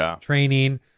training